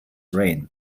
reign